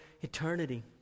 eternity